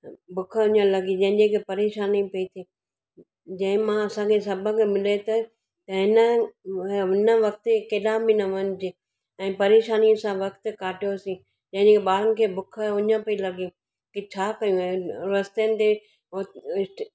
बुख न लॻी जंहिंजे करे परेशानी पई थिए जंहिं मां असांखे सबक़ु मिले त त हिन हिन वक़्तु केॾा बि न वञजे ऐं परेशानीअ सां वक़्तु काटियोसीं जंहिंजे करे ॿारनि खे बुख उञ पई लॻे कि छा कयूं रस्तनि ते